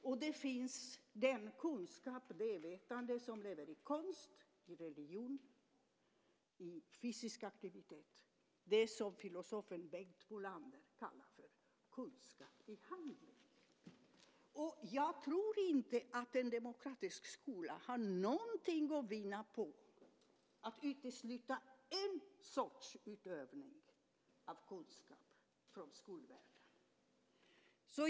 Sedan finns också den kunskap, det vetande, som lever i konst, i religion och i fysisk aktivitet - det som filosofen Bengt Molander kallar för kunskap i handling. Jag tror inte att en demokratisk skola har någonting att vinna på att utesluta en sorts utövning av kunskap från skolvärlden.